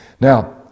Now